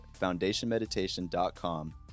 foundationmeditation.com